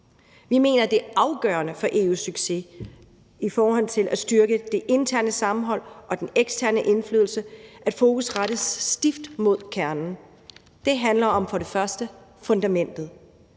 Vi mener, at det er afgørende for EU's succes i forhold til at styrke det interne sammenhold og den eksterne indflydelse, at blikket rettes stift mod kernen. Det handler først og fremmest om fundamentet: